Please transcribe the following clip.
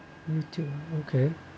YouTube okay